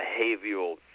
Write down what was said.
behavioral